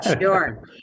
Sure